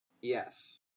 Yes